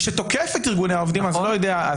שתוקף את ארגוני העובדים אז אני לא יודע,